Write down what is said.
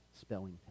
spelling